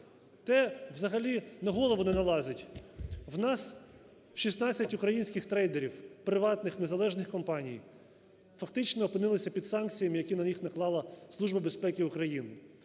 Те взагалі на голову не налазить. В нас 16 українських трейдерів приватних незалежних компаній фактично опинилися під санкціями, які на них наклала